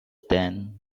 then